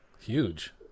Huge